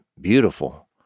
beautiful